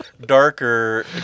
darker